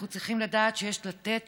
אנחנו צריכים לדעת שיש לתת